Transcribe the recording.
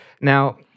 Now